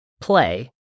play